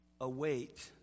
await